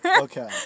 Okay